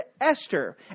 Esther